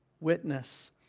witness